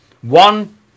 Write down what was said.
One